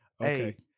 Okay